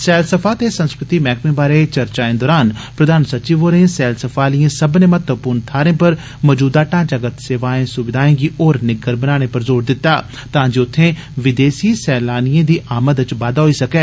सैलसफा ते संस्कृति मैहकमें बारै चर्चाएं दौरान प्रधान सचिव होरें सैलसफा आलिएं सब्बने महत्वपूर्ण थाहरें पर मौजूदा ढांचागत सेवाएं सुविधाएं गी होर निग्गर बनाने पर जोर दिता तां जे उत्थें विदेसी सैलानिएं दी आमद च बाद्दा होई सकै